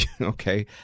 Okay